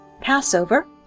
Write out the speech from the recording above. Passover